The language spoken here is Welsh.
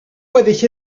gweddill